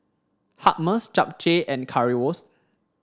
Hummus Japchae and Currywurst